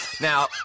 now